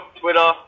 Twitter